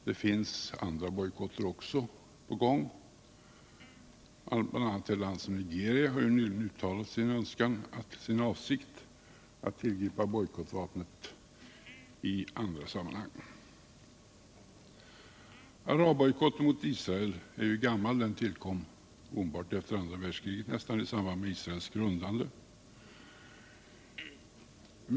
Det finns också andra bojkotter på gång; bl.a. har Nigeria nyligen uttalat sin avsikt att tillgripa bojkottvapnet i andra sammanhang. Arabbojkotten mot Israel är gammal. Den tillkom nästan omedelbart efter andra världskriget i samband med Israels grundande.